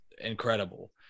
incredible